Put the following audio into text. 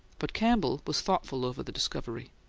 but campbell was thoughtful over the discovery.